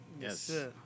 Yes